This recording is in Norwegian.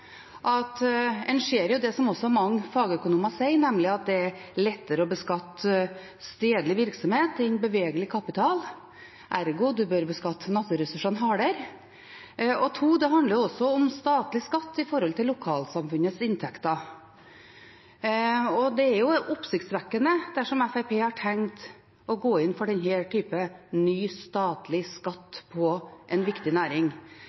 at en jo ser det som også mange fagøkonomer sier, nemlig at det er lettere å beskatte stedlig virksomhet enn bevegelig kapital, ergo bør man beskatte naturressursene hardere. Den andre er at det også handler om statlig skatt i forhold til lokalsamfunnets inntekter. Det er oppsiktsvekkende dersom Fremskrittspartiet har tenkt å gå inn for denne typen ny statlig skatt på en viktig næring.